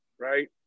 right